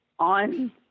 On